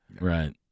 Right